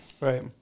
Right